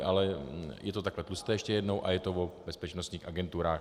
Ale je to takhle tlusté, ještě jednou, a je to o bezpečnostních agenturách.